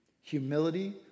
Humility